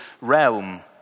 realm